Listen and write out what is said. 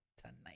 Tonight